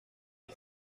les